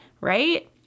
Right